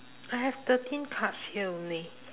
I have thirteen cards here only